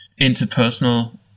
interpersonal